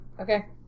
Okay